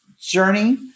journey